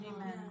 Amen